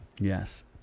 Yes